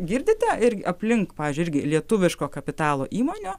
girdite irgi aplink pavyzdžiui irgi lietuviško kapitalo įmonių